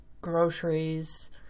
groceries